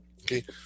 Okay